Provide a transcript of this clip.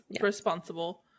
responsible